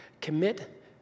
commit